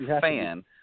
fan